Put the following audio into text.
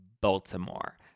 Baltimore